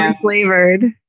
flavored